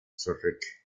zurück